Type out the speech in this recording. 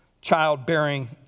childbearing